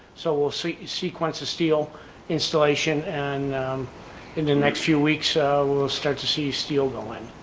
so we'll see sequence of steel installation and in the next few weeks, so we'll start to see steel going